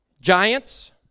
Giants